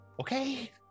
Okay